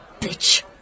Bitch